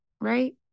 right